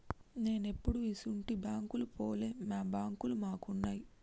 నేనెప్పుడూ ఇసుంటి బాంకుకు పోలే, మా బాంకులు మాకున్నయ్